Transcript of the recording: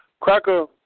Cracker